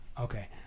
Okay